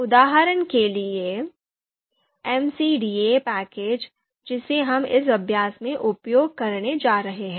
उदाहरण के लिए एमसीडीए पैकेज जिसे हम इस अभ्यास में उपयोग करने जा रहे हैं